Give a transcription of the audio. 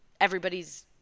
everybody's